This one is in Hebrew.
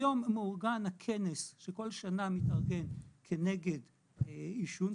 היום מאורגן הכנס שכל שנה מתארגן כנגד עישון,